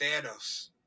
Thanos